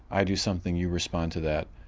i do something, you respond to that,